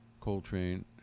Coltrane